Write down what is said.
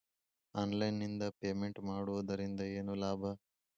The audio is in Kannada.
ಆನ್ಲೈನ್ ನಿಂದ ಪೇಮೆಂಟ್ ಮಾಡುವುದರಿಂದ ಏನು ಲಾಭ?